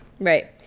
Right